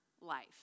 life